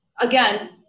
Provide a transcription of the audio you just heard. again